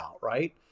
Right